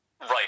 right